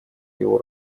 его